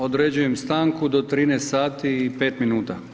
Određujem stanku do 13 sati i 5 minuta.